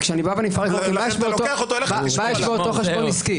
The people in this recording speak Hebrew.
אבל כשאני מפרק מה יש באותו חשבון עסקי,